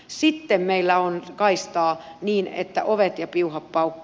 sitten meillä on kaistaa niin että ovet ja piuhat paukkuu